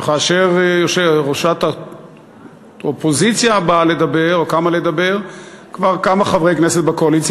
וכאשר ראשת האופוזיציה קמה לדבר כבר כמה חברי קואליציה